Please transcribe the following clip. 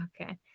Okay